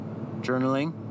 Journaling